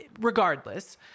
Regardless